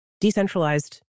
decentralized